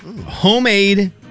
homemade